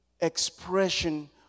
expression